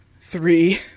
three